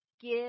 Give